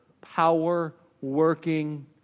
power-working